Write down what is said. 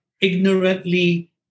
ignorantly